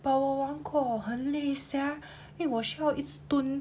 !wah! 我玩过很累 sia 因为我需要一直蹲